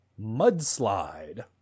Mudslide